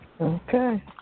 Okay